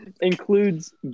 Includes